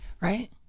Right